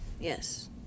Yes